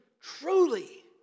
truly